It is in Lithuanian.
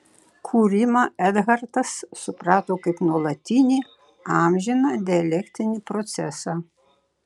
kūrimą ekhartas suprato kaip nuolatinį amžiną dialektinį procesą